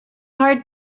heart